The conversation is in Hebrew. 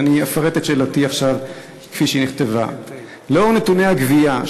ועכשיו אני אפרט את שאלתי כפי שהיא נכתבה: 1. לאור נתוני הגבייה,